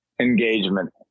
engagement